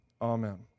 Amen